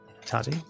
Tati